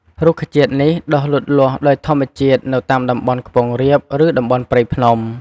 រុក្ខជាតិនេះដុះលូតលាស់ដោយធម្មជាតិនៅតាមតំបន់ខ្ពង់រាប ឬតំបន់ព្រៃភ្នំ។